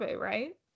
right